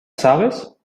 sabes